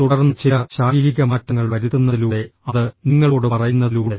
തുടർന്ന് ചില ശാരീരിക മാറ്റങ്ങൾ വരുത്തുന്നതിലൂടെ അത് നിങ്ങളോട് പറയുന്നതിലൂടെ